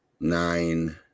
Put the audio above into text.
nine